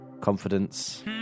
Confidence